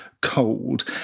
cold